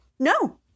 No